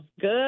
Good